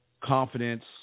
confidence